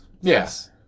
Yes